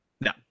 No